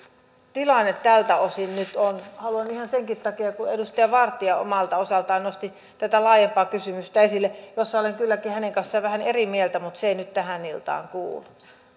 tilanne tältä osin nyt on haluan kysyä ihan senkin takia kun edustaja vartia omalta osaltaan nosti esille tätä laajempaa kysymystä josta olen kylläkin hänen kanssaan vähän eri mieltä mutta se ei nyt tähän iltaan